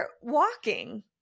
walking